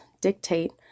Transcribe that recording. dictate